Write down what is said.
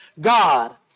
God